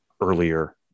earlier